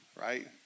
right